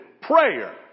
prayer